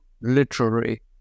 literary